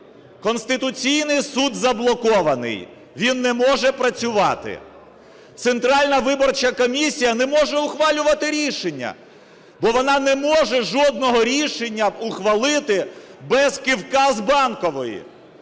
Конституційний Суд заблокований, він не може працювати. Центральна виборча комісія не може ухвалювати рішення, бо вона не може жодного рішення ухвалити без кивка з Банкової.